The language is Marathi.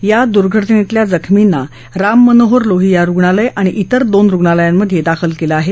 या दुर्घटनेतल्या जखमींना राम मनोहर लोहिया रुग्णालय आणि विंर दोन रुग्णालयांमध्ये दाखल केलं आहे